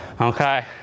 Okay